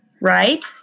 Right